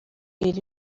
ibiri